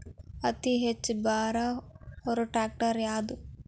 ಅತಿ ಹೆಚ್ಚ ಭಾರ ಹೊರು ಟ್ರ್ಯಾಕ್ಟರ್ ಯಾದು?